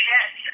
Yes